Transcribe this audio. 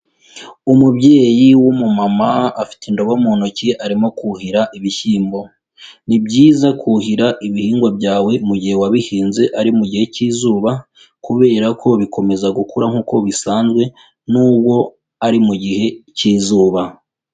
Umubyeyi w'umumama afite indobo mu ntoki arimo kuhira ibishyimbo, ni byiza kuhira ibihingwa byawe mu gihe wabihinze ari mu gihe cy'izuba kubera ko bikomeza gukura nkuko bisanzwe nubwo ari mu gihe cy'izuba.